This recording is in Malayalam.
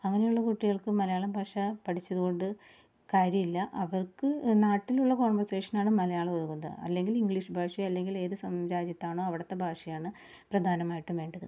അങ്ങനെയുള്ള കുട്ടികള്ക്ക് മലയാള ഭാഷ പഠിച്ചതുകൊണ്ട് കാര്യമില്ല അവര്ക്ക് നാട്ടിലുള്ള കോണ്വര്സേഷനാണ് മലയാളം ഉള്ളത് അല്ലെങ്കില് ഇംഗ്ലീഷ് ഭാഷ അല്ലെങ്കില് ഏത് സം രാജ്യത്താണോ അവിടത്തെ ഭാഷയാണ് പ്രധാനമായിട്ടും വേണ്ടത്